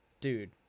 dude